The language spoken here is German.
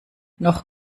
noch